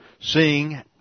seeing